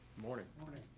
morning morning.